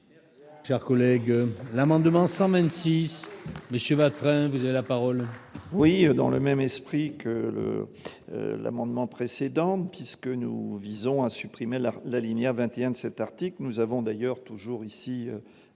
Pierre collègues l'amendement 100 même si Monsieur Vatrin, vous avez la parole. Oui, dans le même esprit que l'amendement précédentes puisque nous visons à supprimer la la ligne A 21 de cet article, nous avons d'ailleurs toujours ici